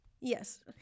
Yes